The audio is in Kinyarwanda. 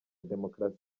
demokarasi